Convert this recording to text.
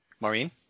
Maureen